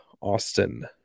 Austin